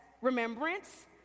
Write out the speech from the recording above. remembrance